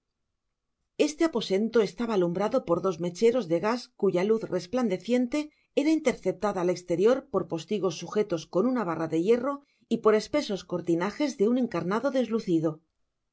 este aposento estaba alumbrado por dos mecheros de gas cuya luz resplandeciente era interceptada al exterior por posligos sujetos con una barra de hierro y por espesos cortinajes de un encarnado deslucido